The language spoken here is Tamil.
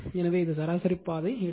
எனவே இது சராசரி பாதை எடுக்கும்